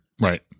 Right